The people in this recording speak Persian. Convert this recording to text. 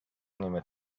نیمه